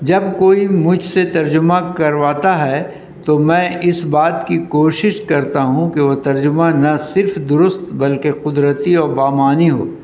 جب کوئی مجھ سے ترجمہ کرواتا ہے تو میں اس بات کی کوشش کرتا ہوں کہ وہ ترجمہ نہ صرف درست بلکہ قدرتی اور بامعنی ہو